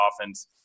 offense